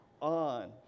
on